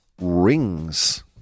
rings